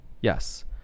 yes